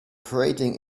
parading